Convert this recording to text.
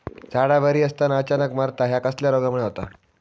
झाडा बरी असताना अचानक मरता हया कसल्या रोगामुळे होता?